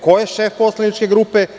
Ko je šef poslaničke grupe?